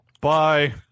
Bye